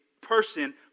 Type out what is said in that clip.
person